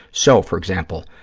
so, for example,